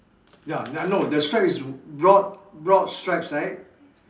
ya no the stripes is broad broad stripes right